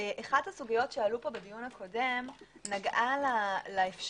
- אחת הסוגיות שעלו פה בדיון הקודם נגעה לאפשרות